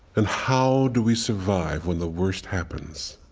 and how do we survive when the worst happens?